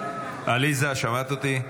עליזה, שמעת אותי?